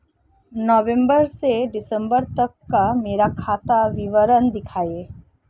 नवंबर से दिसंबर तक का मेरा खाता विवरण दिखाएं?